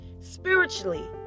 Spiritually